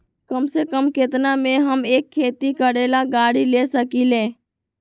कम से कम केतना में हम एक खेती करेला गाड़ी ले सकींले?